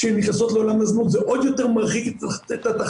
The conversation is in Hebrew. כשהן נכנסות לעולם הזנות זה עוד יותר מרחיק את התחתית.